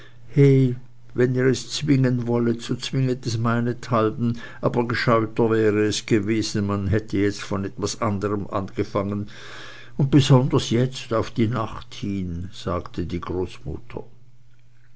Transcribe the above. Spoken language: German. wenn ihr es zwingen wollet so zwinget es meinethalben aber gescheuter wäre es gewesen man hätte jetzt von etwas anderm angefangen und besonders jetzt auf die nacht hin sagte die großmutter